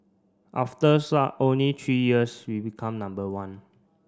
after only three years we become number one